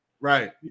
Right